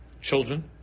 children